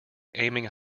aiming